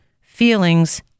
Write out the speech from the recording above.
feelings